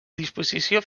disposició